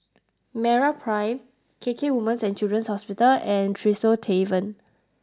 MeraPrime K K Women's and Children's Hospital and Tresor Tavern